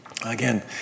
Again